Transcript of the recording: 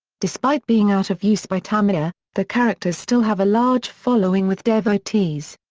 despite being out of use by tamiya, the characters still have a large following with devotees.